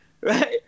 right